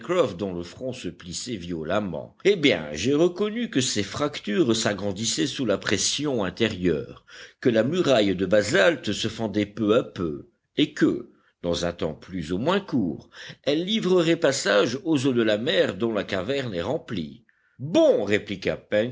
dont le front se plissait violemment eh bien j'ai reconnu que ces fractures s'agrandissaient sous la pression intérieure que la muraille de basalte se fendait peu à peu et que dans un temps plus ou moins court elle livrerait passage aux eaux de la mer dont la caverne est remplie bon répliqua